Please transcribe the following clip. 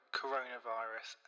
coronavirus